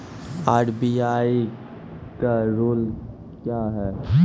RBI का rule क्या हैं?